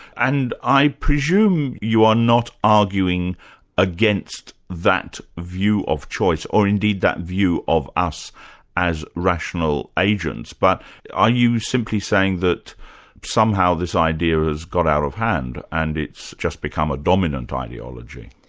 and i presume you are not arguing against that view of choice, or indeed that view of us as rational agents. but are you simply saying that somehow this idea has got out of hand, and it's just become a dominant ideology?